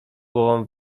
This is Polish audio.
głową